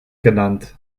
genannt